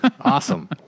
Awesome